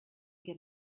get